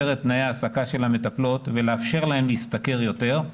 את תנאי ההעסקה של המטפלות ולאפשר להן להשתכר יותר.